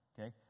okay